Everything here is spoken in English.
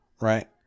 right